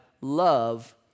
love